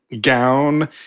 gown